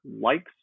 likes